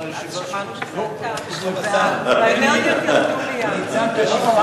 ואז שמענו שזה אתה והאנרגיות ירדו מייד.